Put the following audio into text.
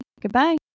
Goodbye